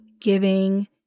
giving